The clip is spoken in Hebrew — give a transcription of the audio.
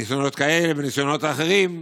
ניסיונות כאלה וניסיונות אחרים: